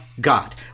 god